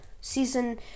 Season